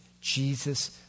Jesus